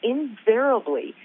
Invariably